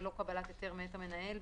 ללא2,000 קבלת היתר מאת המנהל,